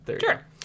Sure